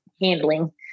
handling